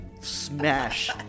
smash